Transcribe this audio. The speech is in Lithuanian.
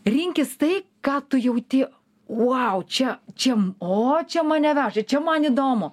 rinkis tai ką tu jauti vau čia čia o čia mane veža čia man įdomu